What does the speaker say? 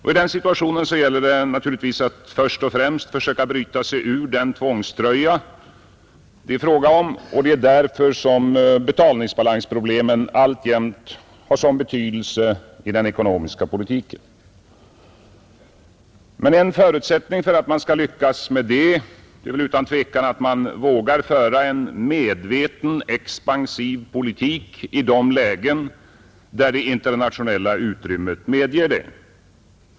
I den situationen gäller det naturligtvis först och främst att försöka bryta sig ur den tvångströja det är fråga om — och det är därför som betalningsbalansproblemet alltjämt har så stor betydelse i den ekonomiska politiken. En förutsättning för att man skall lyckas med det är väl utan tvivel att man vågar föra en medveten expansiv politik i de lägen där det internationella utrymmet medger det.